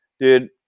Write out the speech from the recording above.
Dude